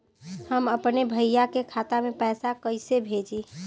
हम अपने भईया के खाता में पैसा कईसे भेजी?